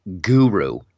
guru